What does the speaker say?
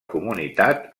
comunitat